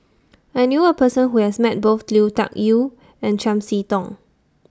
I knew A Person Who has Met Both Lui Tuck Yew and Chiam See Tong